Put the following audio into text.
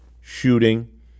shooting